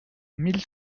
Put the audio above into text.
mille